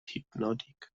hypnotic